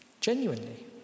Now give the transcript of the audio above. Genuinely